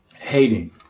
hating